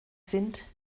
sind